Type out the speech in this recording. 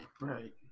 Right